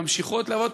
המחירים ממשיכים לעלות,